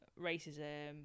racism